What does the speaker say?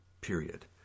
period